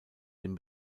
den